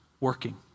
Working